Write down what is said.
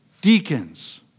deacons